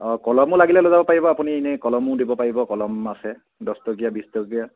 অঁ কলমো লাগিলে লৈ যাব পাৰিব আপুনি এনেই কলমো দিব পাৰিব কলম আছে দহটকীয়া বিছটকীয়া